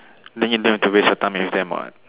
then you don't have to waste your time with them what